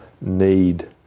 need